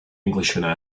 englishman